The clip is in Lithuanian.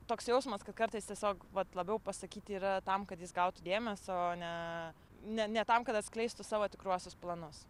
toks jausmas kad kartais tiesiog vat labiau pasakyti yra tam kad jis gautų dėmesio o ne ne ne tam kad atskleistų savo tikruosius planus